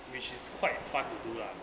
which is quite fun to do lah